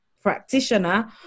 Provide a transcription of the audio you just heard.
practitioner